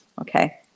okay